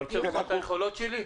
אתה בודק את היכולות שלו?